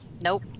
Nope